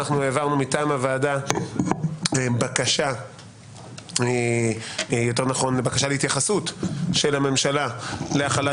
העברנו בקשה מטעם הוועדה להתייחסות הממשלה להחלת